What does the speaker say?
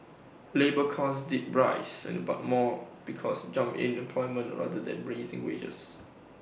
labour costs did rise but more because of the jump in employment rather than rising wages